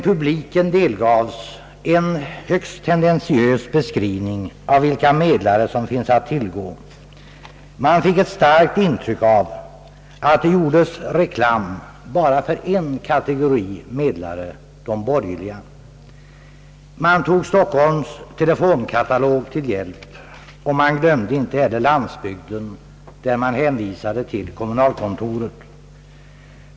Publiken delgavs en högst tendentiös beskrivning av vilka medlare som finns att tillgå. Man fick ett starkt intryck av att det >gjordes reklam» endast för en kategori medlare — de borgerliga. Stockholms telefonkatalog togs till hjälp, och inte heller landsbygden glömdes bort utan där hänvisades till kommunalkontoren.